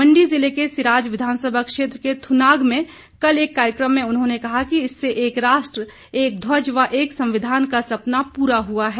मंडी जिले के सिराज विधानसभा क्षेत्र के थुनाग में कल एक कार्यक्रम में उन्होंने कहा कि इससे एक राष्ट्र एक ध्वज व एक संविधान का सपना पूरा हुआ है